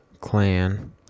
Clan